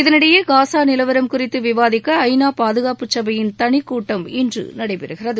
இதனிடையே காஸா நிலவரம் குறித்து விவாதிக்க ஐநா பாதுகாப்பு சபையின் தனிக் கூட்டம் இன்று நடைபெறுகிறது